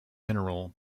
mineral